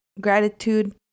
gratitude